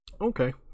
okay